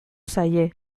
zaie